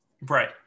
Right